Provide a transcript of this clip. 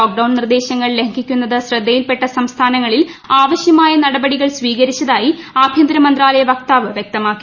lockdown നിർദ്ദേശങ്ങൾ ലംഘിക്കുന്നത് ശ്രദ്ധയിൽപ്പെട്ട സംസ്ഥാനങ്ങളിൽ ആവശ്യമായ നടപടികൾ സ്വീകരിച്ചതായി ആഭ്യന്തര മന്ത്രാലയ വക്താവ് വൃക്തമാക്കി